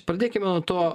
pradėkime nuo to